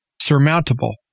surmountable